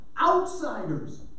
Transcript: Outsiders